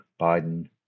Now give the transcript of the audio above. Biden